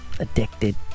addicted